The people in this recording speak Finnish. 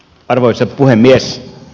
arvoisa puhemies